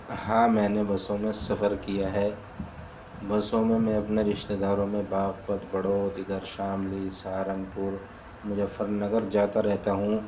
ہاں میں نے بسوں میں سفر کیا ہے بسوں میں میں اپنے رشتے داروں میں باغپت بڑوت ادھر شاملی سہارنپور مظفرنگر جاتا رہتا ہوں